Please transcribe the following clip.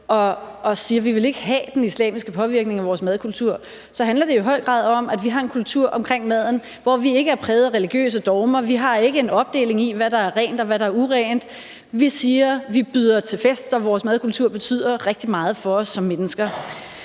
og siger, at vi ikke vil have den islamiske påvirkning af vores madkultur, så handler det jo i høj grad om, at vi har en kultur omkring maden, hvor vi ikke er præget af religiøse dogmer og vi ikke har en opdeling i, hvad der er rent, og hvad der er urent, men at vi siger, at vi byder til fest, og at vores madkultur betyder rigtig meget for os som mennesker.